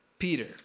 Peter